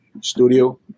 studio